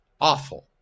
Awful